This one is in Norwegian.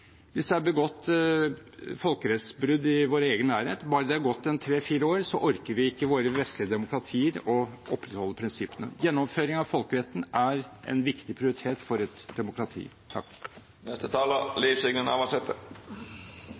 hvis det er begått folkerettsbrudd i vår egen nærhet – bare det er gått en tre–fire år, så orker vi ikke i våre vestlige demokratier å opprettholde prinsippene. Gjennomføring av folkeretten er en viktig prioritet for et demokrati.